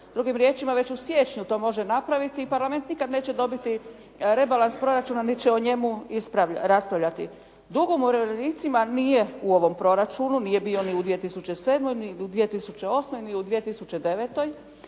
Drugim riječima već u siječnju to može napraviti. Parlament nikad neće dobiti rebalans proračuna, niti će o njemu raspravljati. Dug o umirovljenicima nije u ovom proračunu, nije bio ni u 2007., ni u 2008., ni u 2009.,